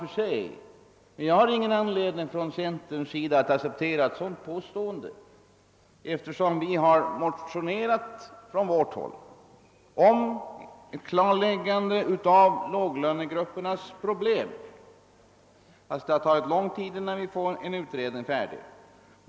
Jag har emellertid ingen anledning att från centerns sida acceptera detta påstående, eftersom vi har motionerat om klarläggande av låglönegruppernas problem, fastän det har tagit lång tid, innan vi fått en utredning färdig.